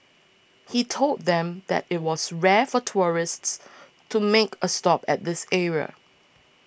he told them that it was rare for tourists to make a stop at this area